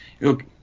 look